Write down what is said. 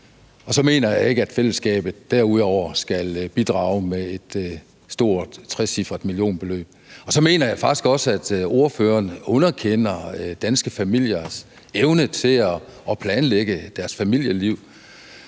Så mener jeg ikke, at fællesskabet derudover skal bidrage med et stort trecifret millionbeløb. Og så mener jeg faktisk også, at ordføreren underkender danske familiers evne til at planlægge deres familieliv,